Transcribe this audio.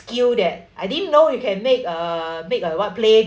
skill that I didn't know you can make uh big uh what playground